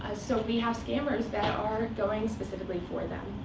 ah so we have scammers that are going specifically for them,